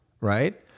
right